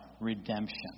redemption